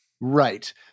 Right